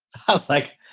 just like,